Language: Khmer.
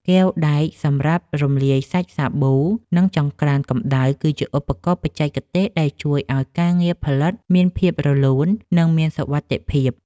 កែវដែកសម្រាប់រំលាយសាច់សាប៊ូ និងចង្ក្រានកម្ដៅ គឺជាឧបករណ៍បច្ចេកទេសដែលជួយឱ្យការងារផលិតមានភាពរលូន និងមានសុវត្ថិភាព។